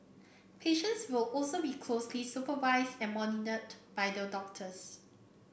patients will also be closely supervised and monitored by the doctors